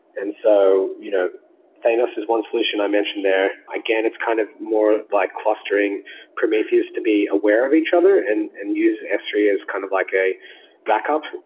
and so, you know thanks is one solution i mentioned there. again, it's kind of more like clustering prometheus to be aware of each other and and use s three as kind of like a backup.